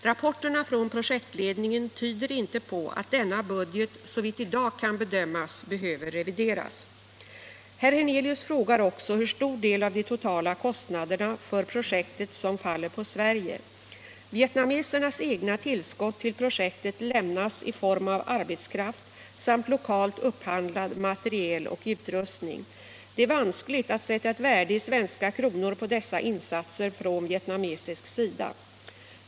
Rapporterna från projektledningen tyder inte på att denna budget, såvitt i dag kan bedömas, behöver revideras. Herr Hernelius frågar också hur stor del av de totala kostnaderna för projektet som faller på Sverige. Vietnamesernas egna tillskott till projektet lämnas i form av arbetskraft samt lokalt upphandlad materiel och utrustning. Det är vanskligt att sätta ett värde i svenska kronor på dessa insatser från vietnamesisk sida.